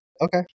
Okay